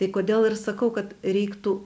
tai kodėl ir sakau kad reiktų